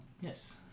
Yes